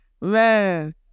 Man